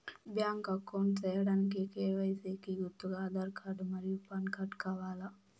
Bank account సేయడానికి KYC కి గుర్తుగా ఆధార్ కార్డ్ మరియు పాన్ కార్డ్ కావాలా?